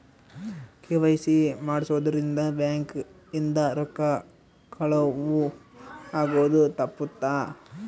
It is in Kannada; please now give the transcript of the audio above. ಕೆ.ವೈ.ಸಿ ಮಾಡ್ಸೊದ್ ರಿಂದ ಬ್ಯಾಂಕ್ ಇಂದ ರೊಕ್ಕ ಕಳುವ್ ಆಗೋದು ತಪ್ಪುತ್ತ